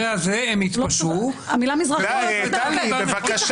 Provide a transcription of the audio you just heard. זו בושה